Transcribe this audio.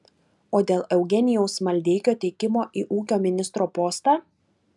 o dėl eugenijaus maldeikio teikimo į ūkio ministro postą